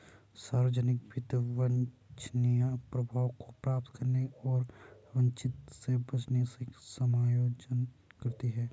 सार्वजनिक वित्त वांछनीय प्रभावों को प्राप्त करने और अवांछित से बचने से समायोजन करती है